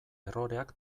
erroreak